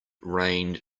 rained